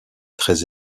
très